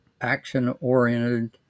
action-oriented